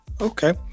okay